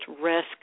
risk